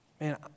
Man